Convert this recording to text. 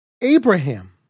Abraham